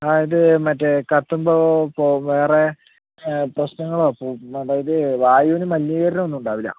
അതായത് മറ്റേ കത്തുമ്പോൾ ഇപ്പോൾ വേറെ പ്രശ്നങ്ങളോ അതായത് വായുവിന് മലിനീകരണം ഒന്നുമുണ്ടാവില്ല